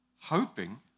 hoping